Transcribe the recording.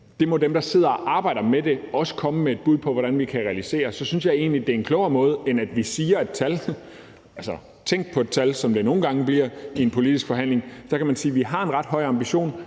det må dem, der sidder og arbejder med det, også komme med et bud på hvordan vi kan realisere, så synes jeg egentlig, det er klogere, end at vi siger et tal – altså tænk på et tal – sådan som det nogle gange bliver i en politisk forhandling. Der kan man sige, at vi har en ret høj ambition,